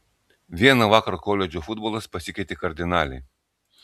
vieną vakarą koledžo futbolas pasikeitė kardinaliai